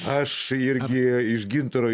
aš irgi iš gintaro